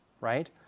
right